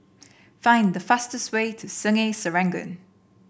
find the fastest way to Sungei Serangoon